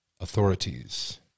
authorities